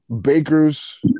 baker's